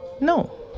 No